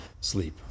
sleep